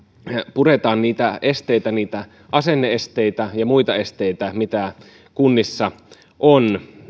puretaan niitä esteitä niitä asenne esteitä ja muita esteitä mitä kunnissa on